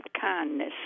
kindness